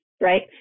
right